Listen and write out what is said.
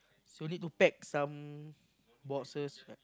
so need to pack some boxes right